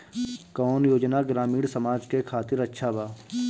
कौन योजना ग्रामीण समाज के खातिर अच्छा बा?